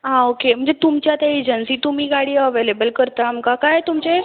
हा ओके म्हणजे तुमचे आतां एजन्सी तुमी गाडी अवेलेबल करता आमकां कांय तुमचे